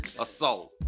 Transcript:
assault